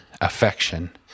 affection